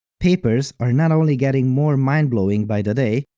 papers are not only getting more mind-blowing by the day,